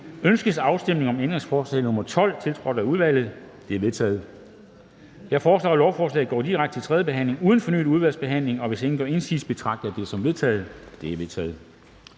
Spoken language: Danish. Ønskes afstemning om ændringsforslag nr. 4, tiltrådt af udvalget? Det er vedtaget. Jeg foreslår, at lovforslaget går direkte til tredje behandling uden fornyet udvalgsbehandling. Hvis ingen gør indsigelse, betragter jeg det som vedtaget. Det er vedtaget.